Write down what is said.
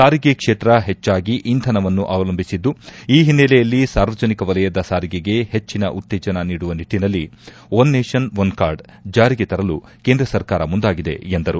ಸಾರಿಗೆ ಕ್ಷೇತ್ರ ಹೆಚ್ಚಾಗಿ ಇಂಧನವನ್ನು ಅವಲಂಬಿಸಿದ್ದು ಈ ಹಿನ್ನೆಲೆಯಲ್ಲಿ ಸಾರ್ವಜನಿಕ ವಲಯದ ಸಾರಿಗೆಗೆ ಹೆಚ್ಚಿನ ಉತ್ತೇಜನ ನೀಡುವ ನಿಟ್ಟಿನಲ್ಲಿ ಒನ್ ನೇಷನ್ ಒನ್ ಕಾರ್ಡ್ ಜಾರಿಗೆ ತರಲು ಕೇಂದ್ರ ಸರ್ಕಾರ ಮುಂದಾಗಿದೆ ಎಂದರು